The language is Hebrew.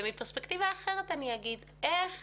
ומפרספקטיבה אחרת אגיד, איך